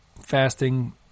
fasting